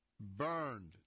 burned